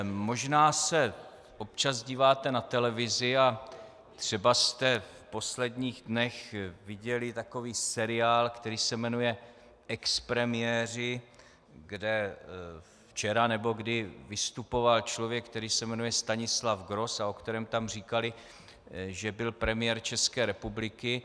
Možná se občas díváte na televizi a třeba jste v posledních dnech viděli takový seriál, který se jmenuje Expremiéři, kde včera nebo kdy vystupoval člověk, který se jmenuje Stanislav Gross a o kterém tam říkali, že byl premiér České republiky.